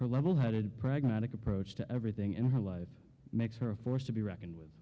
her level headed pragmatic approach to everything in her life makes her a force to be reckoned with